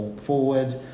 forward